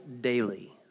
daily